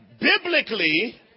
biblically